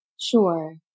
Sure